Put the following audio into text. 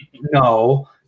no